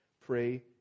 Pray